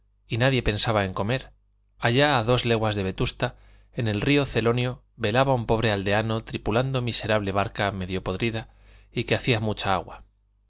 y nadie pensaba en comer allá a dos leguas de vetusta en el río celonio velaba un pobre aldeano tripulando miserable barca medio podrida y que hacía mucha agua